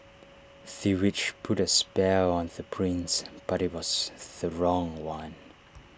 the witch put A spell on the prince but IT was the wrong one